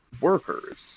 workers